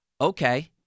Okay